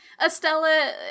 estella